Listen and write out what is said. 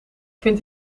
vind